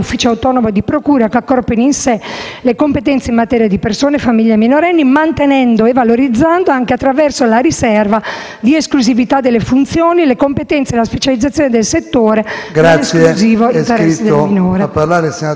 le competenze in materia di persone, famiglia e minorenni, mantenendo e valorizzando, anche attraverso la riserva di esclusività delle funzioni, le competenze e la specializzazione del settore nell'esclusivo interesse del minore.